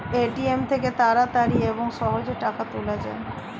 ATM থেকে তাড়াতাড়ি এবং সহজে টাকা তোলা যায়